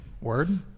Word